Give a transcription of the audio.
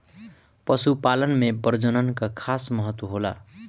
पशुपालन में प्रजनन कअ खास महत्व होला